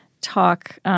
talk—